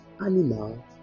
animal